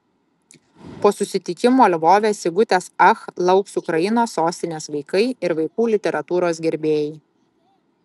po susitikimo lvove sigutės ach lauks ukrainos sostinės vaikai ir vaikų literatūros gerbėjai